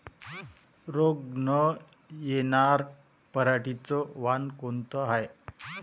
रोग न येनार पराटीचं वान कोनतं हाये?